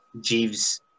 Jeeves